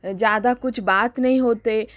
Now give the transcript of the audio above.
ज़्यादा कुछ बात नहीं होती